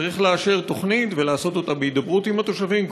צריך לאשר תוכנית ולעשות אותה בהידברות עם התושבים,